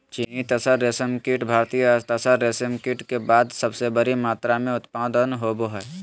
चीनी तसर रेशमकीट भारतीय तसर रेशमकीट के बाद सबसे बड़ी मात्रा मे उत्पादन होबो हइ